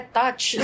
touch